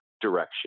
direction